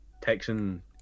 Texan